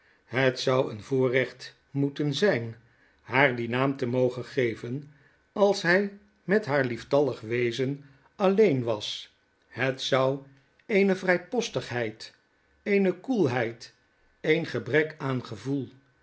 het zou een voorrecht moeten zyn haar dien naam te mogen geven als hij met haar lieftallig wezen alleen was het zou eene vrijpostigheid eene koelheid een gebrek aan